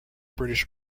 british